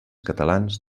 catalans